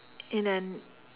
in an